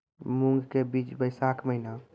मूंग के बीज बैशाख महीना